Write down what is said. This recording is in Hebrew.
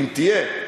אם תהיה,